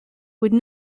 would